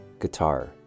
guitar